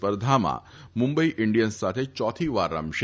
સ્પર્ધામાં મુંબઇ ઇન્ડિયન્સ સાથે ચોથી વાર રમશે